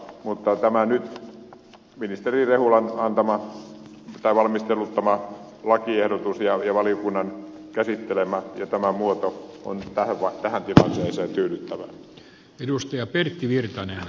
mutta tämä ministeri rehulan nyt valmisteluttama ja valiokunnan käsittelemä lakiehdotus ja tämä on muoto on tähän tilanteeseen tyydyttävä